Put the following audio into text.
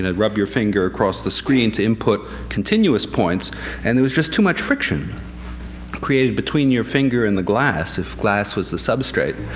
and rub your finger across the screen to input continuous points and there was just too much friction created between your finger and the glass if glass was the substrate,